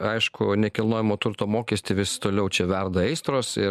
aišku nekilnojamo turto mokestį vis toliau čia verda aistros ir